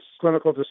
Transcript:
clinical